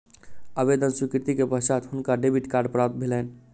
आवेदन स्वीकृति के पश्चात हुनका डेबिट कार्ड प्राप्त भेलैन